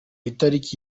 itariki